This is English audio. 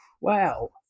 wow